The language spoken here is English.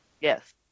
Yes